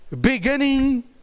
beginning